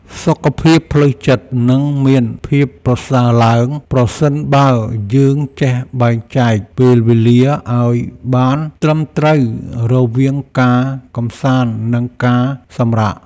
សុខភាពផ្លូវចិត្តនឹងមានភាពប្រសើរឡើងប្រសិនបើយើងចេះបែងចែកពេលវេលាឱ្យបានត្រឹមត្រូវរវាងការកម្សាន្តនិងការសម្រាក។